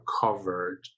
covered